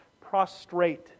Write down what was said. prostrate